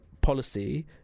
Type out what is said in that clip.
policy